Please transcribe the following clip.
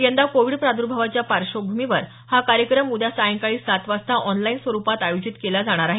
यंदा कोविड प्रादुर्भावाच्या पार्श्वभूमीवर हा कार्यक्रम उद्या सायंकाळी सात वाजता ऑनलाईन स्वरुपात आयोजित केला जाणार आहे